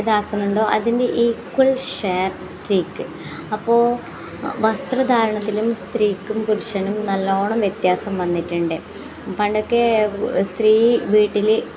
ഇതാക്കുന്നുണ്ടോ അതിൻ്റെ equal share സ്ത്രീക്ക് അപ്പോൾ വസ്ത്ര ധാരണത്തിലും സ്ത്രീക്കും പുരുഷനും നല്ലോണം വ്യത്യാസം വന്നിട്ടുണ്ട് പണ്ടൊക്കെ സ്ത്രീ വീട്ടിൽ